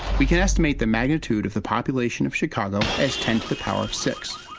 we can estimate the magnitude of the population of chicago as ten to the power of six.